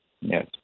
Yes